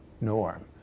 norm